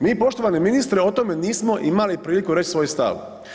Mi poštovani ministre o tome nismo imali priliku reć svoj stav.